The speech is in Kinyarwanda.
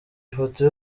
ifoto